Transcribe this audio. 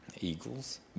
eagles